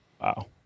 Wow